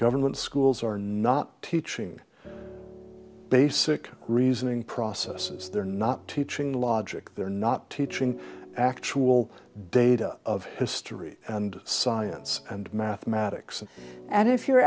government schools are not teaching basic reasoning processes they're not teaching logic they're not teaching actual data of history and science and mathematics and if your